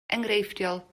enghreifftiol